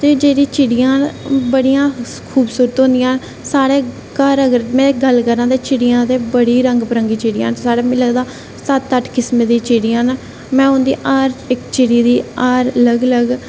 ते जेह्ड़ियां चिड़ियां न ओह् बडि़यां खूबसूरत होंदियां साढ़े घर अगर में गल्ल करां ते चिड़ियां ते बड़ी रंग बरंगी चिड़ियां न साढ़ै मिगी लगदा सत्त अट्ठ किसम दियां चिड़ियां न में उं'दे हर इक चिड़ी दी हर अलग अलग